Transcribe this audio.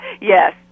Yes